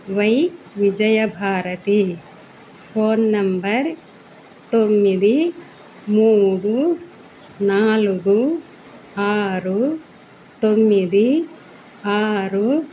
why Vijayabharati phone number తొమ్మిది మూడు నాలుగు ఆరు తొమ్మిది ఆరు